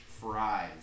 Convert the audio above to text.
fries